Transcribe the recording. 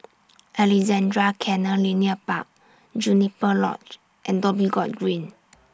Alexandra Canal Linear Park Juniper Lodge and Dhoby Ghaut Green